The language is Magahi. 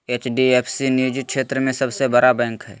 एच.डी.एफ सी निजी क्षेत्र के सबसे बड़ा बैंक हय